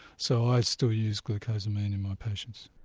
so i still use glucosamine in my patients.